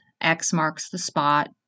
X-Marks-The-Spot